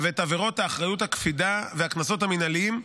ואת עבירות אחריות הקפידה והקנסות המינהליים.